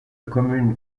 commune